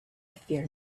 fear